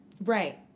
Right